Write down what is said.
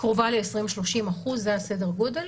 קרובה ל-20%-30%, זה סדר הגודל.